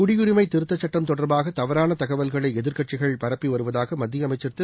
குடியுரிமை திருத்தச் சட்டம் தொடர்பாக தவறான தகவல்களை எதிர்க்கட்சிகள் பரப்பி வருவதாக மத்திய அமைச்சர் திரு